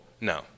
No